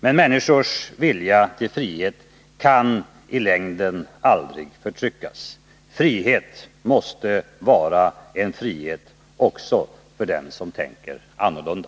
Men människors vilja till frihet kan i längden aldrig förtryckas. Frihet måste vara en frihet också för dem som tänker annorlunda.